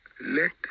Let